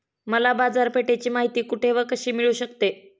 मला बाजारपेठेची माहिती कुठे व कशी मिळू शकते?